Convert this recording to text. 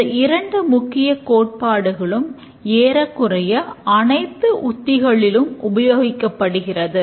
இந்த இரண்டு முக்கிய கோட்பாடுகளும் ஏறக்குறைய அனைத்து உத்திகளிலும் உபயோகிக்கப்படுகிறது